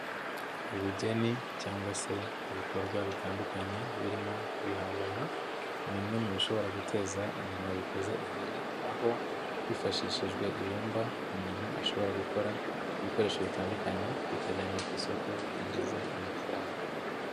Ubugeni cyangwa se ibikorwa bitandukanye birimo ibihangano ni bimwe mu bishobora guteza umuntu wabikoze imbere, aho hifashishijwe ibumba umuntu ashobora gukora ibikoresho bitandukanye, bikajyanwa ku isoko bikinjiza amafaranga.